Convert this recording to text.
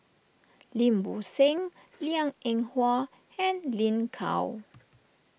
Lim Bo Seng Liang Eng Hwa and Lin Gao